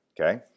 Okay